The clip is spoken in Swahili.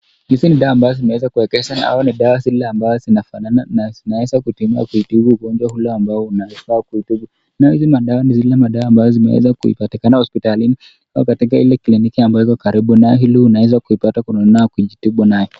Hizi ni dawa ambazo zimeweza kuengeshwa ama ni dawa zile ambazo zinafanana na zinaweza kuitumia kutibu ugonjwa ule ambao unakudhuru. Nao hizi madawa ni zile madawa ambazo zinaweza kupatikana hospitalini au katika ile kliniki ambayo iko karibu nawe ili unaweza kuipata kununua au kujitibu nayo.